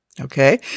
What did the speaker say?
Okay